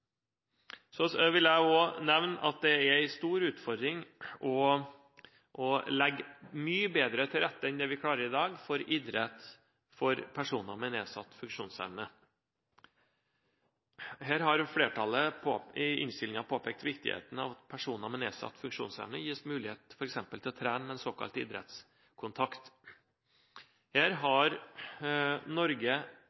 Så vil jeg også nevne at det er en stor utfordring å legge mye bedre til rette for idrett for personer med nedsatt funksjonsevne enn det vi klarer i dag. Her har flertallet i innstillingen påpekt viktigheten av at personer med nedsatt funksjonsevne gis mulighet f.eks. til å trene med en såkalt